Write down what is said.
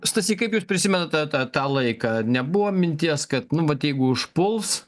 stasy kaip jūs prisimenat tą tą tą laiką nebuvo minties kad nu vat jeigu užpuls